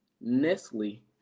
Nestle